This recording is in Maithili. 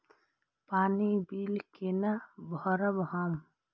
पानी बील केना भरब हम?